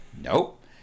Nope